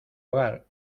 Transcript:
hogar